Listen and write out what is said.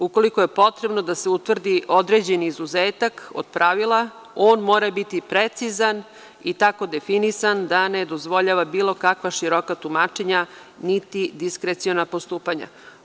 Ukoliko je potrebno da se utvrdi određeni izuzetak od pravila, on mora biti precizan i tako definisan da ne dozvoljava bilo kakva široka tumačenja, niti diskreciona postupanja.